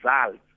results